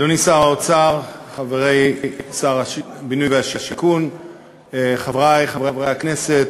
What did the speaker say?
אדוני שר האוצר, חברי שר הבינוי, חברי חברי הכנסת,